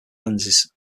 lenses